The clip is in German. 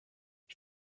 ich